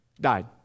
died